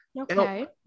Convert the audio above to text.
Okay